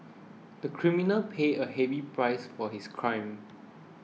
the criminal paid a heavy price for his crime